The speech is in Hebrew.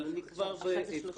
אני אפתח ואומר